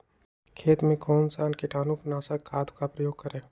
खेत में कौन से कीटाणु नाशक खाद का प्रयोग करें?